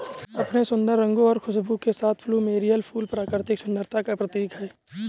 अपने सुंदर रंगों और खुशबू के साथ प्लूमेरिअ फूल प्राकृतिक सुंदरता का प्रतीक है